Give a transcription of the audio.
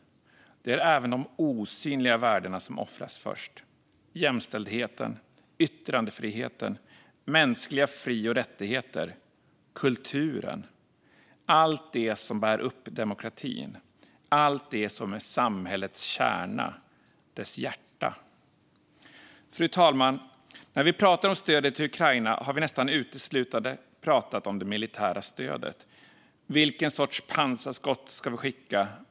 Det är de osynliga värdena som offras först - jämställdheten, yttrandefriheten, mänskliga fri och rättigheter, kulturen, allt det som bär upp demokratin, allt det som är samhällets kärna och hjärta. Fru talman! När vi pratar om stödet till Ukraina har vi nästan uteslutande pratat om det militära stödet. Vilken sorts pansarskott ska vi skicka?